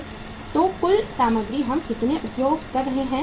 तो कुल सामग्री हम कितना उपयोग कर रहे हैं